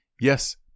Yes